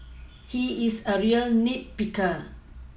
he is a real nit picker